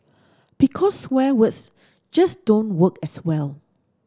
because swear words just don't work as well